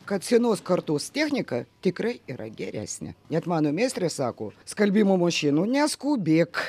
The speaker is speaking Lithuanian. kad senos kartos technika tikrai yra geresnė net mano meistrė sako skalbimo mašinų neskubėk